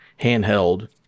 handheld